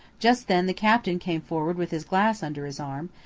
just then the captain came forward with his glass under his arm,